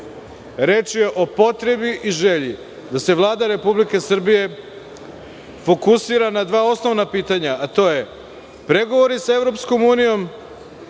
Reč je o potrebi i želji da se Vlada Republike Srbije fokusira na dva osnovna pitanja, a to je pregovori sa EU